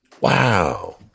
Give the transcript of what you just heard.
wow